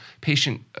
patient